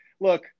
look